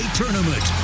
tournament